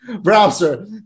browser